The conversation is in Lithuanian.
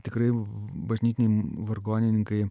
tikrai bažnytiniem vargonininkai